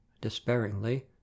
despairingly